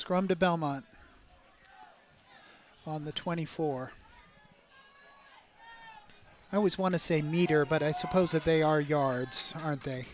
scrum to belmont on the twenty four i always want to say meter but i suppose if they are yards aren't they